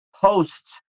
posts